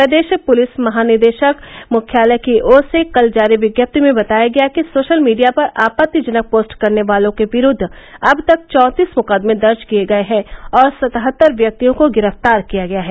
प्रदेश प्रलिस महानिदेशक मुख्यालय की ओर से कल जारी विज्ञप्ति में बताया गया कि सोशल मीडिया पर आपत्तिजनक पोस्ट करने वालों के विरूद्व अब तक चौंतीस मुकदमे दर्ज किये गये हैं और सतहत्तर व्यक्तियों को गिरफ्तार किया गया है